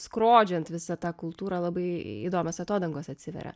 skrodžiant visą tą kultūrą labai įdomios atodangos atsiveria